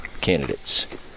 candidates